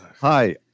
Hi